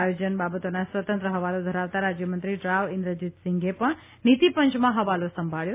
આયોજન બાબતોના સ્વતંત્ર હવાલો ધરાવતા રાજયમંત્રી રાવ ઇન્દ્રજીત સિંધે પણ નીતિપંચમાં હવાલો સંભાળ્યો